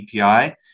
API